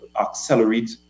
accelerate